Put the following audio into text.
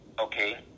Okay